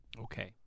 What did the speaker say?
Okay